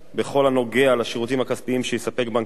בכל הנוגע לשירותים הכספיים שיספק בנק הדואר,